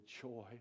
joy